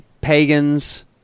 pagans